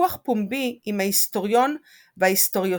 ויכוח פומבי עם ההיסטוריון וההיסטוריוסוף